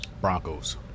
Broncos